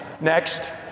Next